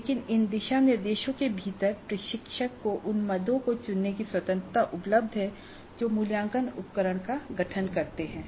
लेकिन इन दिशानिर्देशों के भीतर प्रशिक्षक को उन मदों को चुनने की स्वतंत्रता उपलब्ध है जो मूल्यांकन उपकरण का गठन करते हैं